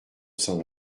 cent